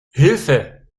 hilfe